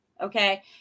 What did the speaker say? Okay